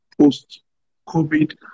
Post-COVID